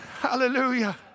Hallelujah